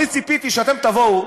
אני ציפיתי שאתם תבואו,